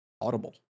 audible